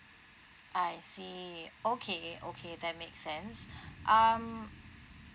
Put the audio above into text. I see okay okay that make sense um